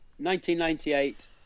1998